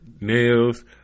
nails